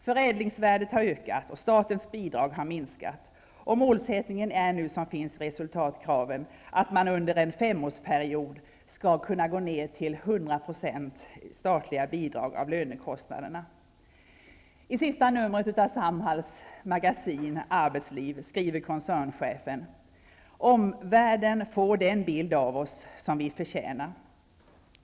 Förädlingsvärdet har ökat, och statens bidrag har minskat. Målsättningen, som framgår av resultatkraven, är att man under en femårsperiod skall kunna gå ned till 100 % statliga bidrag av lönekostnaderna. I sista numret av Samhalls magasin Arbetsliv skriver koncernchefen: Omvärlden får den bild av oss som vi förtjänar.